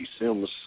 Sims